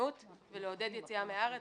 ההסתננות ולעודד יציאה מהארץ.